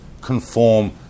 conform